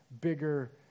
bigger